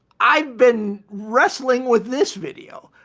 i've been wrestling with this video.